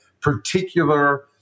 particular